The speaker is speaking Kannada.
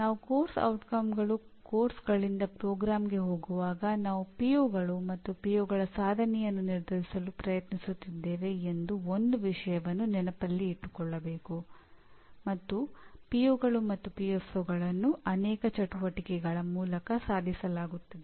ನಾವು ಪಠ್ಯಕ್ರಮದ ಪರಿಣಾಮಗಳು ಪಠ್ಯಕ್ರಮಗಳಿಂದ ಕಾರ್ಯಕ್ರಮಕ್ಕೆ ಹೋಗುವಾಗ ನಾವು ಪಿಒಗಳು ಅನೇಕ ಚಟುವಟಿಕೆಗಳ ಮೂಲಕ ಸಾಧಿಸಲಾಗುತ್ತದೆ